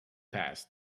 past